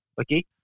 Okay